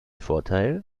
vorteil